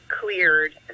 cleared